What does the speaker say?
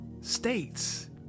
states